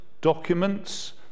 documents